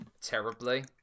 terribly